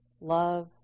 love